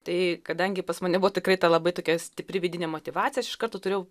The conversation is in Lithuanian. tai kadangi pas mane buvo tikrai ta labai tokia stipri vidinė motyvacija aš iš karto turėjau